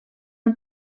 amb